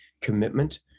commitment